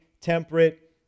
temperate